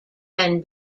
can